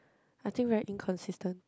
I think very inconsistent